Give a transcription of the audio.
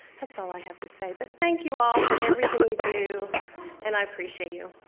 that's all i have to say but thank you all for everything you do and i appreciate you.